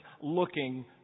looking